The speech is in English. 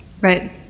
right